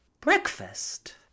Breakfast